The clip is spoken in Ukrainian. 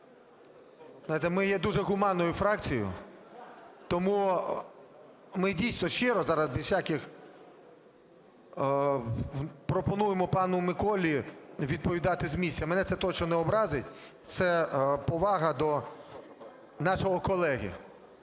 Ми є дуже гуманною фракцією. Тому ми, дійсно, щиро зараз без всяких пропонуємо пану Миколі відповідати з місця. Мене це точно не образить, це повага до нашого колеги.